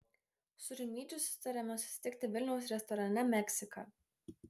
su rimydžiu susitariame susitikti vilniaus restorane meksika